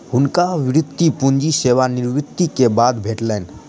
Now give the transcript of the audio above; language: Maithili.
हुनका वृति पूंजी सेवा निवृति के बाद भेटलैन